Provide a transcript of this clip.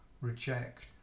reject